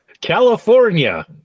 California